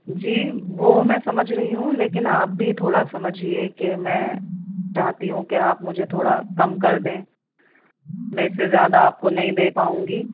جی وہ میں سمجھ رہی ہوں لیکن آپ بھی تھوڑا سمجھیے کہ میں چاہتی ہوں کہ آپ مجھے تھوڑا کم کر دیں میں اس سے زیادہ آپ کو نہیں دے پاؤں گی